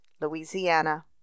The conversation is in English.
Louisiana